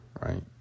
Right